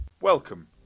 Welcome